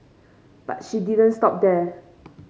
but she didn't stop there